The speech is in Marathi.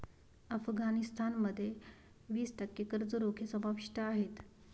अफगाणिस्तान मध्ये वीस टक्के कर्ज रोखे समाविष्ट आहेत